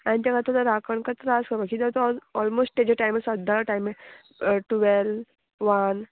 आनी ताका आतां राखणकर त्रास करपाक जाय तो ऑलमोस्ट तेजे टायमार सद्दां टायम टुवेल्व वन